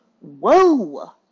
whoa